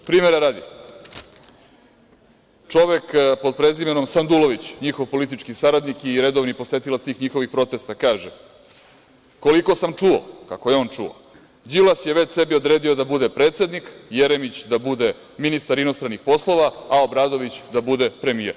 Primera radi, čovek pod prezimenom Sandulović, njihov politički saradnik i redovni posetilac tih njihovih protesta, kaže: „Koliko sam čuo“, kako je on čuo, „Đilas je već sebi odredio da bude predsednik, Jeremić da bude ministar inostranih poslova, a Obradović da bude premijer“